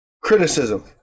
criticism